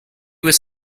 was